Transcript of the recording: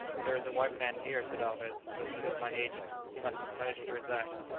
there is a white man here, said alvez, who has killed my agent. he must be punished for his act.